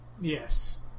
Yes